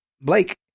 Blake